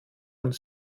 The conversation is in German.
und